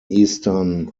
eastern